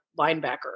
linebacker